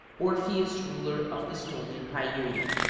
orpheus ruler of bistonian pieria.